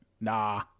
Nah